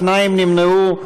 שניים נמנעו,